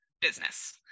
business